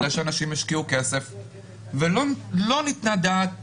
אחרי שאנשים השקיעו כסף ולא ניתנה הדעת